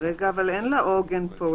כרגע אבל אין לה עוגן פה.